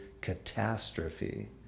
catastrophe